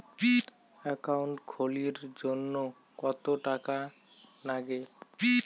Account খুলির জন্যে কত টাকা নাগে?